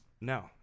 No